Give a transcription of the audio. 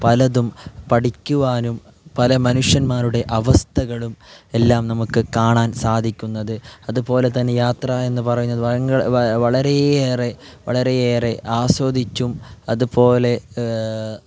പലതും പഠിക്കുവാനും പല മനുഷ്യന്മാരുടെ അവസ്ഥകളും എല്ലാം നമ്മൾക്ക് കാണാൻ സാധിക്കുന്നത് അതു പോലെ തന്നെ യാത്ര എന്നു പറയുന്ന വളരെയേറെ വളരെയേറെ ആസ്വദിച്ചും അതു പോലെ